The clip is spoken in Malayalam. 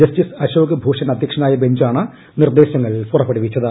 ജസ്റ്റിസ് അശോക് ഭൂഷൺ അധ്യക്ഷനായ ബെഞ്ചാണ് നിർദേശങ്ങൾ പുറപ്പെടുവിച്ചത്